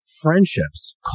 friendships